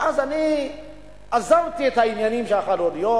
ואז אני עזבתי את העניינים של החד-הוריות,